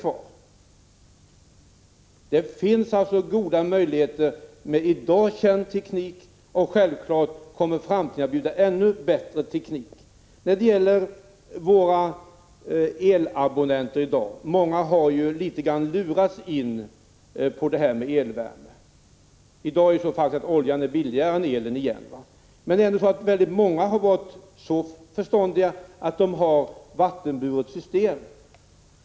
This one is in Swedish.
Det finns alltså goda möjligheter med i dag känd teknik, och självfallet kommer framtiden att bjuda ännu bättre teknik. Många elabonnenter har på sätt och vis lurats in på elvärme — i dag är ju oljan billigare än elen igen. Men många har varit så förståndiga att de har valt vattenburet system.